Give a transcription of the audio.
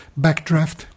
Backdraft